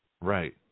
Right